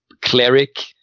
cleric